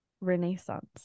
Renaissance